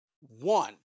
One